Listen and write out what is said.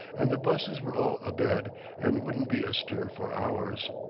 and the busses were all abed and wouldn't be astir for hours.